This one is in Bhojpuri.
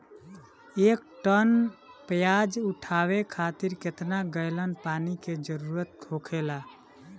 एक टन प्याज उठावे खातिर केतना गैलन पानी के जरूरत होखेला?